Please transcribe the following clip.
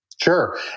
Sure